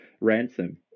Ransom